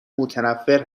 متنفر